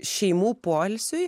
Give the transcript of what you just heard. šeimų poilsiui